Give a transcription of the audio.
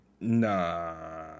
Nah